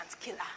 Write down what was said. killer